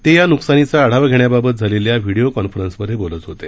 ते या नुकसानीचा आढावा घेण्याबाबत झालेल्या व्हिडिओ कॉन्फरन्समधे बोलत होते